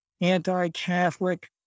anti-Catholic